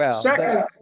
Second